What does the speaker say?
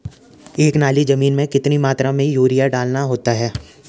एक नाली जमीन में कितनी मात्रा में यूरिया डालना होता है?